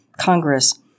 Congress